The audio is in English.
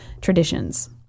traditions